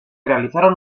realizaron